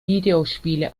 videospiele